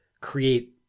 create